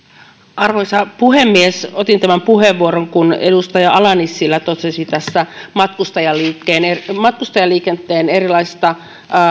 arvoisa puhemies otin tämän puheenvuoron kun edustaja ala nissilä totesi matkustajaliikenteen matkustajaliikenteen erilaisista